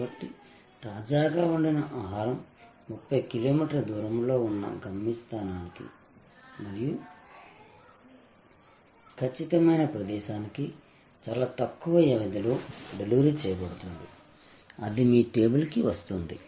కాబట్టి తాజాగా వండిన ఆహారం 30 కిలోమీటర్ల దూరంలో ఉన్న గమ్యస్థానానికి మరియు ఖచ్చితమైన ప్రదేశానికి చాలా తక్కువ వ్యవధిలో డెలివరీ చేయబడుతుంది అది మీ టేబుల్కి వస్తుంది